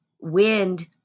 wind